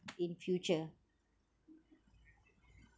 in future